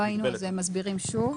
לא היינו, אז הם מסבירים שוב.